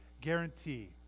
guarantee